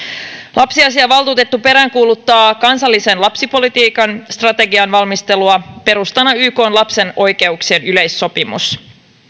lapsiasiainvaltuutettu peräänkuuluttaa kansallisen lapsipolitiikan strategian valmistelua perustana ykn lapsen oikeuksien yleissopimus